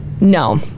No